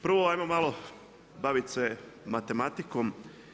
Prvo, ajmo malo bavit se matematikom.